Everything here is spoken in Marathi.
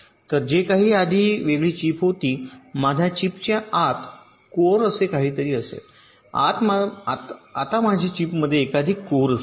तर जे काही आधी वेगळी चिप होती माझ्या चिपच्या आत कोर असे काहीतरी असेल आता माझे चिपमध्ये एकाधिक कोर असतील